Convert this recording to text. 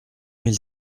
mille